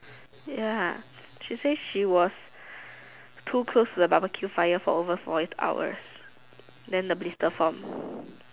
ya she say she was too close to the barbecue fire for over forty hours then the blister form